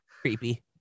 creepy